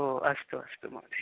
ओ अस्तु अस्तु महोदय